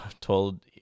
told